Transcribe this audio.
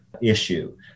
issue